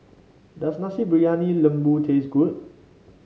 does Nasi Briyani Lembu taste good